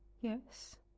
Yes